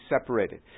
separated